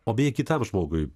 o beje kitam žmogui